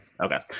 Okay